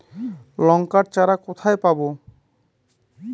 লঙ্কার চারা কোথায় পাবো?